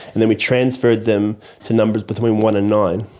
and then we transferred them to numbers between one and nine.